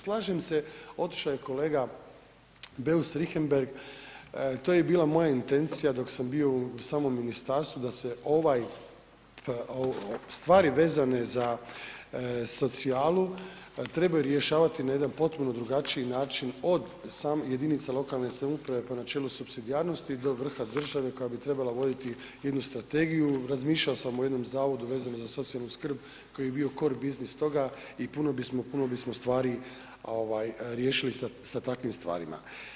Slažem se, otišao je kolega Beus Richembergh, to je i bila moja intencija dok sam bio u samom ministarstvu da se ovaj, stvari vezane za socijalu trebaju rješavati na jedan potpuno drugačiji način od jedinica lokalne samouprave po načelu supsidijarnosti do vrha države koja bi trebala voditi jednu strategiju, razmišljao sam o jednom zavodu vezano za socijalnu skrb koji je bio core business toga i puno bismo, puno bismo stvari ovaj riješili sa takvim stvarima.